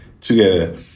together